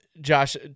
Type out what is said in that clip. Josh